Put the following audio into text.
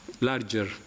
larger